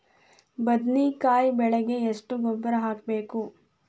ಬದ್ನಿಕಾಯಿ ಬೆಳಿಗೆ ಎಷ್ಟ ಗೊಬ್ಬರ ಹಾಕ್ಬೇಕು?